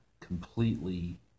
completely